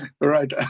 right